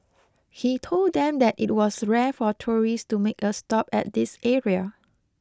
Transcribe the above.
he told them that it was rare for tourists to make a stop at this area